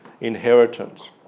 inheritance